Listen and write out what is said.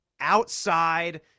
outside